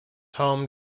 home